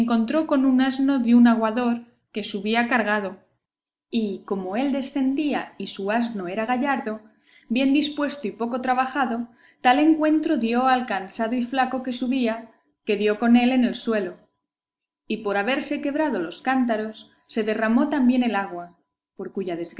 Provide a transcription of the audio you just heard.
encontró con un asno de un aguador que subía cargado y como él descendía y su asno era gallardo bien dispuesto y poco trabajado tal encuentro dio al cansado y flaco que subía que dio con él en el suelo y por haberse quebrado los cántaros se derramó también el agua por cuya